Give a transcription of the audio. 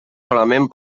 solament